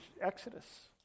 Exodus